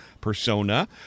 persona